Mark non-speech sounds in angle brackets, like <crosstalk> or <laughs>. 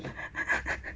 <laughs>